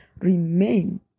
remain